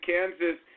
Kansas